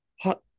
hot